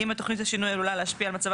אם התוכנית לשינוי עלולה להשפיע על מצבם